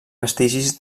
vestigis